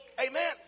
amen